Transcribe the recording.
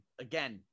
again